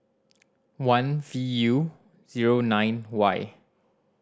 one V U zero nine Y